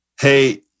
Hey